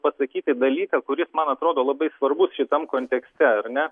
pasakyti dalyką kuris man atrodo labai svarbus šitam kontekste ar ne